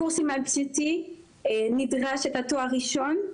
הקורסים על בסיסי נדרש התואר הראשון,